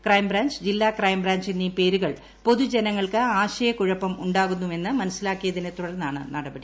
crime branch ജില്ലാ crime branch എന്നീ പേരുകൾ പൊതുജനങ്ങൾക്ക് ആശയക്കുഴപ്പം ഉ ാകുന്നുവെന്ന് മനസ്സി ലാക്കിയതിനെ തുടർന്നാണ് നടപടി